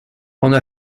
ona